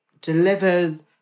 delivers